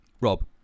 Rob